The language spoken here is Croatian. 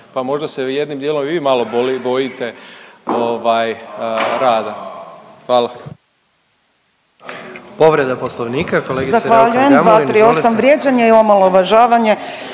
pa možda se jednim dijelom i vi malo bojite, ovaj rada. Hvala.